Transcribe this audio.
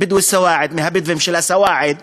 מהבדואים של הסועאד,